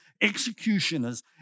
executioners